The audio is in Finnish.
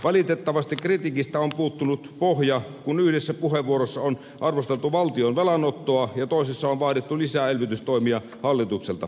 valitettavasti kritiikistä on puuttunut pohja kun yhdessä puheenvuorossa on arvosteltu valtion velanottoa ja toisessa on vaadittu lisää elvytystoimia hallitukselta